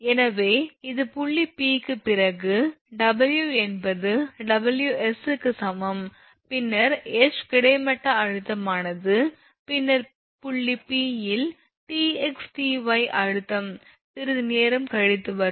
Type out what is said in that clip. எனவே இது புள்ளி P க்கு பிறகு W என்பது WS க்கு சமம் பின்னர் H கிடைமட்ட அழுத்தமானது பின்னர் புள்ளி P யில் Tx Ty அழுத்தம் சிறிது நேரம் கழித்து வரும்